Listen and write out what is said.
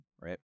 right